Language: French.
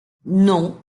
non